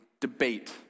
debate